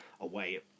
away